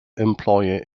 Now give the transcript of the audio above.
employer